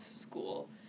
school